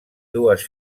dues